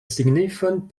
signifon